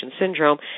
syndrome